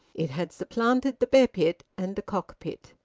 it had supplanted the bear-pit and the cock-pit.